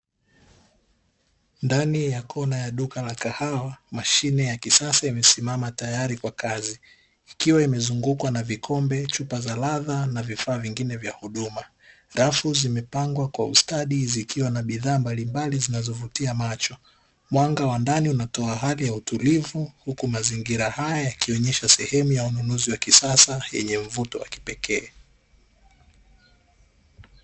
Ndani ya kona ya duka la kahawa mashine ya kisasa, imesimama tayali kwa kazi imezungukwa na vikombe na chupa za raza naa vifaa vingine vya huduma, rafu zimepangwa kwa ustadi zikiwa na bidhaa mbalimbali unaovutia macho mwanga wa ndani unatoa hali ya utulivu huku mazingira haya yakionesha sehemu ya ununuzi wa kisasa yenye mvuto wa kipekee.